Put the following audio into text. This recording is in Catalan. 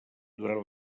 durant